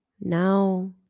Now